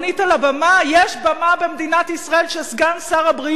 הבמה: יש במה במדינת ישראל שסגן שר הבריאות